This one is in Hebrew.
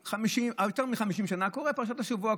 יותר מ-50 שנה אני קורא פרשת השבוע,